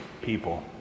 people